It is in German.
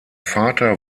vater